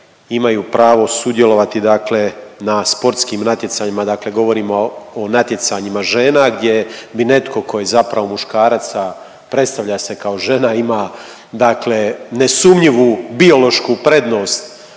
imaju pravo sudjelovati dakle na sportskim natjecanjima, dakle govorimo o natjecanjima žena, gdje bi netko tko je zapravo muškarac, a predstavlja se kao žena, ima dakle nesumnjivu biološku prednost